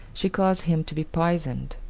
she caused him to be poisoned.